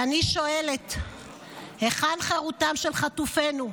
ואני שואלת היכן חירותם של חטופינו?